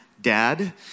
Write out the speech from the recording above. Dad